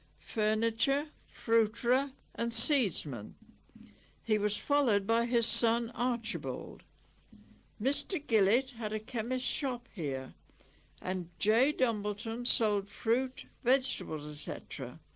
furniture, fruiterer and seedsman he was followed by his son archibald mr gillet had a chemist's shop here and j dumbleton sold fruit, vegetables, etc